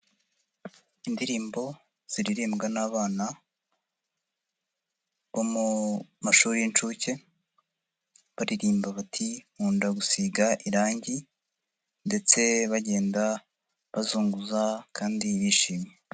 Indirimbo ziririmbwa n'abana bo mu mashuri y'inshuke baririmba bati nkunda gusiga irangi, ndetse bagenda bazunguza kandi bishimye.